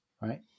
right